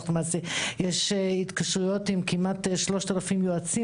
יש התקשרויות עם כמעט 3,000 יועצים